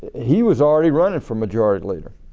he was already running for majority leader.